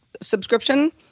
subscription